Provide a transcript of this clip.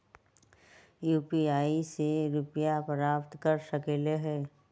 UPI से रुपए प्राप्त कर सकलीहल?